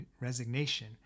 resignation